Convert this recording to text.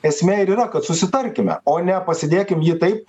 esmė ir yra kad susitarkime o ne pasidėkim jį taip